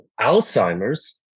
Alzheimer's